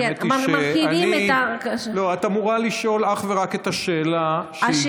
האמת היא שאת אמורה לשאול אך ורק את השאלה שהגשת.